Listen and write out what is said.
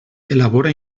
elabora